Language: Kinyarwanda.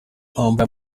bambaye